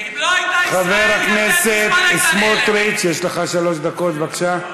חבר הכנסת סמוטריץ, יש לך שלוש דקות, בבקשה.